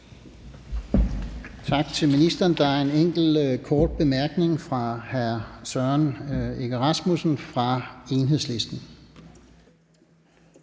Tak til ministeren. Der er en enkelt kort bemærkning fra hr. Søren Egge Rasmussen fra Enhedslisten.